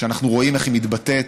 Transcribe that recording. ואנחנו רואים איך היא מתבטאת: